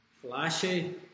flashy